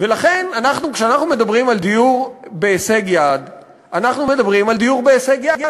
לכן כשאנחנו מדברים על דיור בהישג יד אנחנו מדברים על דיור בהישג יד,